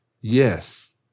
yes